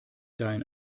dein